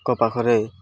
ଙ୍କ ପାଖରେ